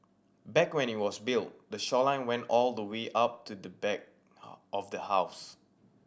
back when it was built the shoreline went all the way up to the back of the house